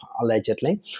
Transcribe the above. allegedly